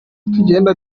tugenda